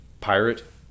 pirate